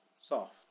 soft